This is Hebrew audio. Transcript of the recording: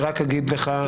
לגבי